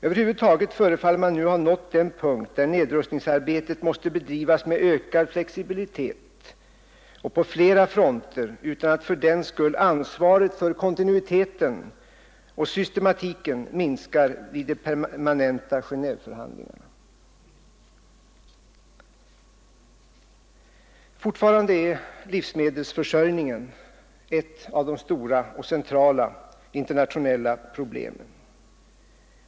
Över huvud taget förefaller man nu ha nått den punkt där nedrustningsarbetet måste bedrivas med ökad flexibilitet och på flera fronter utan att fördenskull ansvaret för kontinuiteten och systematiken minskar vid de permanenta Gendveförhandlingarna. Fortfarande är livsmedelsförsörjningen ett av de stora och centrala internationella problemen.